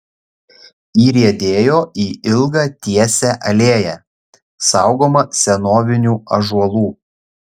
įriedėjo į ilgą tiesią alėją saugomą senovinių ąžuolų